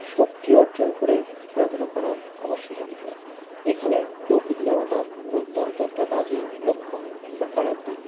শক্তি অর্জন করে খেলাধুলা করা অবশ্যই জরুরিও এখানে ডোপিং নেওয়াটা অত্যন্ত একটা বাজে লক্ষণ বা খারাপ দিক